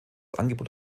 angebot